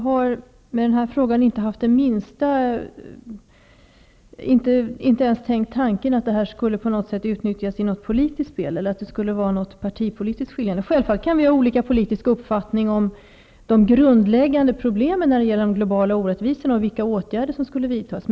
Herr talman! Jag har inte ens tänkt tanken att den här frågan på något sätt skulle utnyttjas i något politiskt spel, i ett partipolitiskt skeende. Självfallet kan vi ha olika politiska uppfattningar om den grundläggande problemen när det gäller de globala orättvisorna och vilka åtgärder som skulle behöva vid tas.